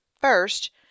first